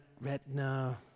retina